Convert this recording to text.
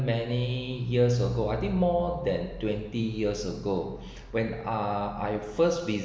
many years ago I think more than twenty years ago when uh I first